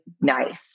nice